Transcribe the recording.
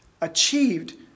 achieved